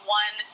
one